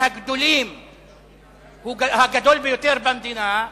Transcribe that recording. הגדול ביותר במדינה,